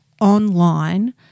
online